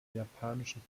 japanischen